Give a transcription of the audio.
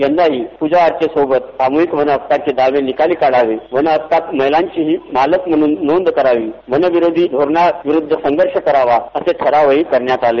यंदाही पुजाअचे सोबत सामूहिक वनहक्काचे दावे निकाली काढावे वनहक्कात महिलांचीही मालक म्हणून नोंद करावी वनविरोधी धोरणाविरुद्धसंघर्ष करावा असे ठरावही करण्यात आले